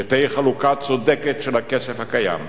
שתהא חלוקה צודקת של הכסף הקיים,